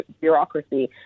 bureaucracy